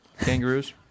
Kangaroos